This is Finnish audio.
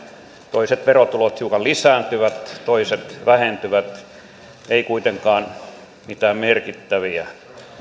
toiset verotulot hiukan lisääntyvät toiset vähentyvät ei kuitenkaan mitään merkittäviä